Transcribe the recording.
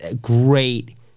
great